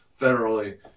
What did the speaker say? federally